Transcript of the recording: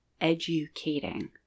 educating